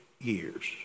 years